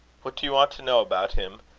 what do you want to know about him?